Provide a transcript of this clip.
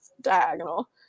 diagonal